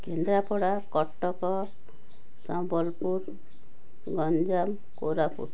Kendrapara Cuttack Sambalpur Ganjam Koraput